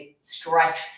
stretch